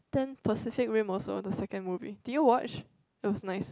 then Pacific Rim also the second movie did you watch it was nice